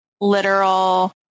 literal